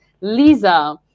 Lisa